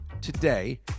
today